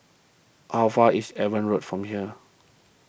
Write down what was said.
how far is Evans Road from here